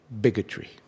bigotry